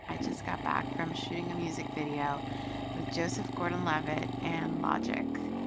i just got back from shooting a music video with joseph gordon-levitt and logic.